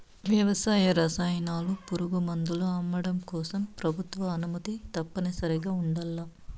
వ్యవసాయ రసాయనాలు, పురుగుమందులు అమ్మడం కోసం ప్రభుత్వ అనుమతి తప్పనిసరిగా ఉండల్ల